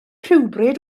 rhywbryd